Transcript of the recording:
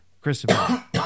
Christopher